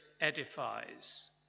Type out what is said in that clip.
edifies